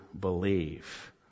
believe